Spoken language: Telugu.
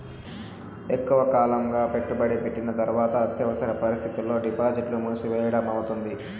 ఎక్కువగా కాలం పెట్టుబడి పెట్టిన తర్వాత అత్యవసర పరిస్థితుల్లో డిపాజిట్లు మూసివేయడం అవుతుందా?